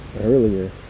Earlier